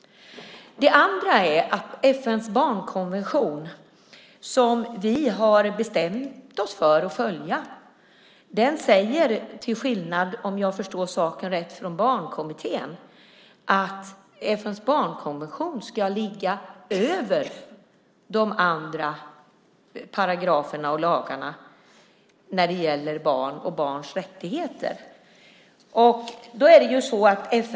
Det andra är att FN:s barnkonvention, som vi har bestämt oss för att följa, ska ligga över de andra paragraferna och lagarna när det gäller barn och barns rättigheter, till skillnad från Barnkommittén, om jag förstår saken rätt.